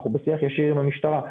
אנחנו בשיח ישיר עם המשטרה.